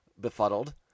befuddled